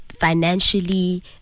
Financially